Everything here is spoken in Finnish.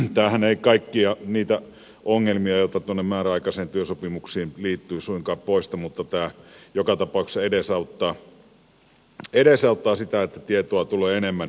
tämähän ei suinkaan poista kaikkia niitä ongelmia joita tuonne määräaikaisiin työsopimuksiin liittyy mutta tämä joka tapauksessa edesauttaa sitä että tietoa tulee enemmän